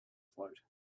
float